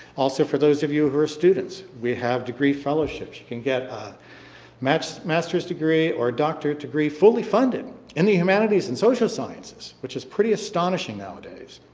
also for those of you who are students, we have degree fellowships. you can get a master's master's degree or a doctorate degree fully funded in the humanities and social sciences, which is pretty astonishing nowadays,